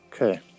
Okay